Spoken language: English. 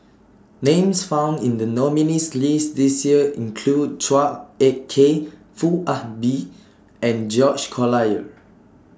Names found in The nominees' list This Year include Chua Ek Kay Foo Ah Bee and George Collyer